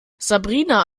sabrina